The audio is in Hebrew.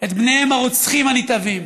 את בניהם הרוצחים הנתעבים,